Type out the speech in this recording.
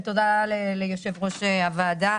ותודה ליושב-ראש הוועדה